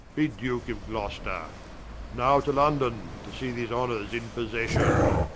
be duke of gloster now to london, to see these honors in possession.